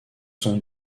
sont